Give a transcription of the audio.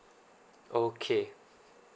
okay